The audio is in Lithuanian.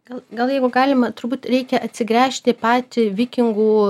gal gal jeigu galima turbūt reikia atsigręžti į pačią vikingų